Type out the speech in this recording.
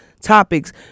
topics